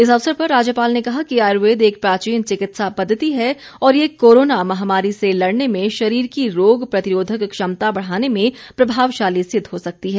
इस अवसर पर राज्यपाल ने कहा कि आयुर्वेद एक प्राचीन चिकित्सा पद्वति है और ये कोरोना महामारी से लड़ने में शरीर की रोग प्रतिरोधक क्षमता बढ़ाने में प्रभावशाली सिद्ध हो सकती है